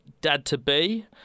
Dad-to-be